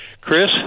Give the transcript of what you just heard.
Chris